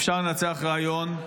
אפשר לנצח רעיון,